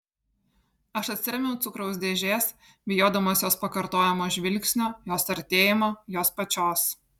aš atsirėmiau cukraus dėžės bijodamas jos pakartojamo žvilgsnio jos artėjimo jos pačios